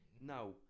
now